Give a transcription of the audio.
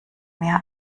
mehr